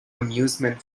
amusement